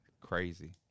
Crazy